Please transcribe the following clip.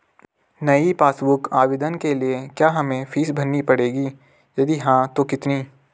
नयी passbook book आवेदन के लिए क्या हमें फीस भरनी पड़ेगी यदि हाँ तो कितनी?